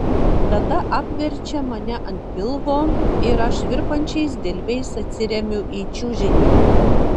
tada apverčia mane ant pilvo ir aš virpančiais dilbiais atsiremiu į čiužinį